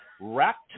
wrapped